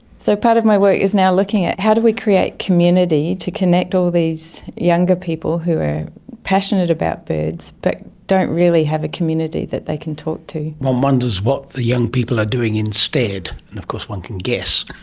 so part of my work is now looking at how do we create community to connect all these younger people who are passionate about birds but don't really have a community that they can talk to. one wonders what the young people are doing instead, and of course one can guess.